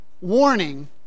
warning